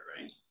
right